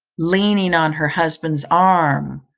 leaning on her husband's arm,